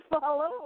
follow